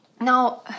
now